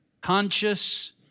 conscious